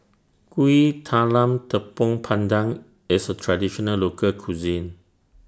Kuih Talam Tepong Pandan IS A Traditional Local Cuisine